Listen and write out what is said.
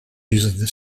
using